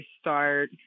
start